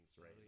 right